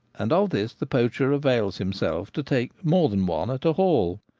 and of this the poacher avails himself to take more than one at a haul.